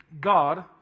God